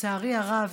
לצערי הרב,